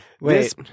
Wait